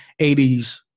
80s